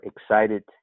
excited